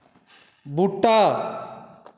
बूह्टा